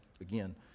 Again